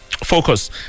Focus